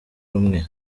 rumwe